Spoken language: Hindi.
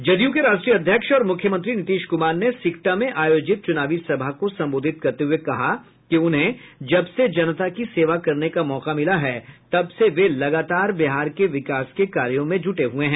जदयू के राष्ट्रीय अध्यक्ष और मुख्यमंत्री नीतीश कुमार ने सिकटा में आयोजित चुनावी सभा को संबोधित करते हुए कहा कि उन्हें जब से जनता की सेवा करने का मौका मिला है तब से वे लगातार बिहार के विकास के कार्यों में जुटे हुए हैं